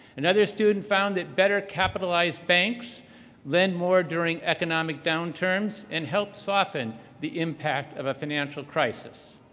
another student found that better-capitalized banks lend more during economic downturns, and help soften the impact of a financial crisis.